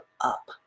up